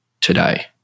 today